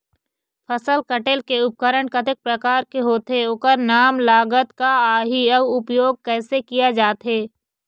फसल कटेल के उपकरण कतेक प्रकार के होथे ओकर नाम लागत का आही अउ उपयोग कैसे किया जाथे?